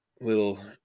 little